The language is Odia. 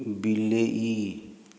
ବିଲେଇ